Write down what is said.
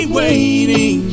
waiting